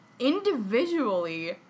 individually